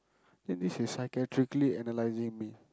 then this is psychiatrically analysing me